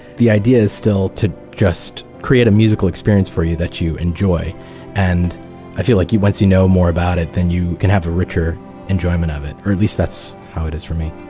the idea is still to just create a musical experience for you that you enjoy and i feel like once you know more about it then you can have a richer enjoyment of it, or at least that's how it is for me